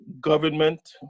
government